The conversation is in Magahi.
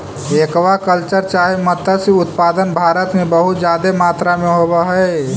एक्वा कल्चर चाहे मत्स्य उत्पादन भारत में बहुत जादे मात्रा में होब हई